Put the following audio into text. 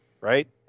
right